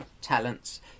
talents